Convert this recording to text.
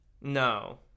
No